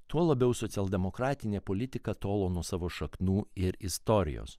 tuo labiau socialdemokratinė politika tolo nuo savo šaknų ir istorijos